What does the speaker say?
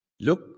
Look